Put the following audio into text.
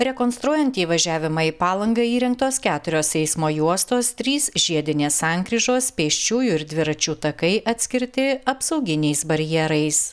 rekonstruojant įvažiavimą į palangą įrengtos keturios eismo juostos trys žiedinės sankryžos pėsčiųjų ir dviračių takai atskirti apsauginiais barjerais